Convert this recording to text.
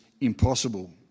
impossible